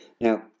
Now